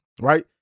right